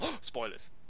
spoilers